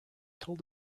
told